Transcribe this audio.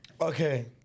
Okay